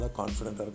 confident